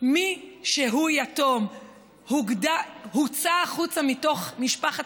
מי שהוא יתום הוצא החוצה מתוך משפחת